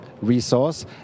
resource